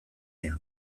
nion